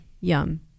yum